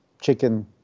chicken